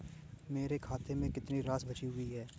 मेरे खाते में कितनी राशि बची हुई है?